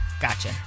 Gotcha